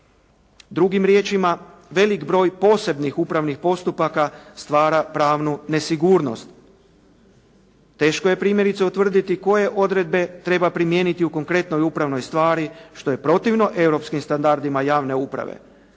Drugim riječima, velik broj posebnih upravnih postupaka stvara pravnu nesigurnost. Teško je primjerice utvrditi koje odredbe treba primijeniti u konkretnoj upravnoj stvari, što je protivno europskim standardima javne uprave.